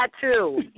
tattoo